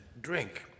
drink